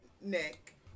Nick